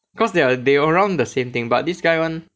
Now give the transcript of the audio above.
cause they are they around the same thing but this guy [one]